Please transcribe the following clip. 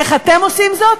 איך אתם עושים זאת?